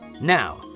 Now